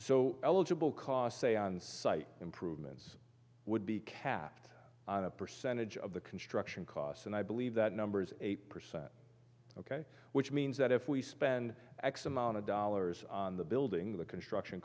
so eligible cost say on site improvements would be kept on a percentage of the construction costs and i believe that number is eight percent ok which means that if we spend x amount of dollars on the building the construction